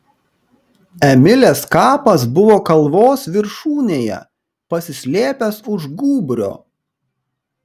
emilės kapas buvo kalvos viršūnėje pasislėpęs už gūbrio